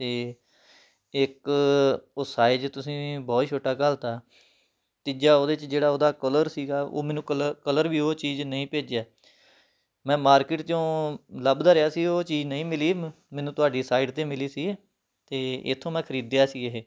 ਅਤੇ ਇੱਕ ਉਹ ਸਾਈਜ਼ ਤੁਸੀਂ ਬਹੁਤ ਹੀ ਛੋਟਾ ਘੱਲ ਤਾ ਤੀਜਾ ਉਹਦੇ 'ਚ ਜਿਹੜਾ ਉਹਦਾ ਕਲਰ ਸੀਗਾ ਉਹ ਮੈਨੂੰ ਕਲਰ ਕਲਰ ਵੀ ਉਹ ਚੀਜ਼ ਨਹੀਂ ਭੇਜਿਆ ਮੈਂ ਮਾਰਕੀਟ 'ਚੋਂ ਲੱਭਦਾ ਰਿਹਾ ਸੀ ਉਹ ਚੀਜ਼ ਨਹੀਂ ਮਿਲੀ ਮੈਨੂੰ ਤੁਹਾਡੀ ਸਾਈਡ 'ਤੇ ਮਿਲੀ ਸੀ ਅਤੇ ਇੱਥੋਂ ਮੈਂ ਖਰੀਦਿਆ ਸੀ ਇਹ